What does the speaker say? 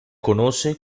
conoce